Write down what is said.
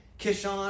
Kishon